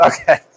Okay